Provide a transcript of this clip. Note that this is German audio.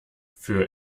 für